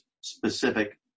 specific